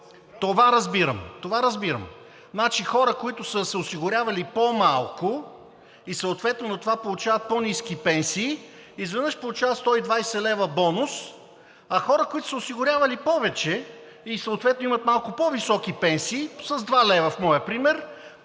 120 отгоре – това разбирам. Значи хора, които са се осигурявали по-малко и съответно на това получават по-ниски пенсии, изведнъж получават 120 лв. бонус, а хора които са се осигурявали повече и съответно имат малко по-високи пенсии – с два лева в моя пример,